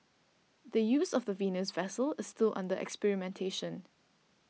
the use of the Venus vessel is still under experimentation